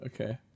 Okay